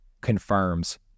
confirms